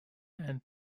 and